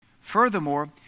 furthermore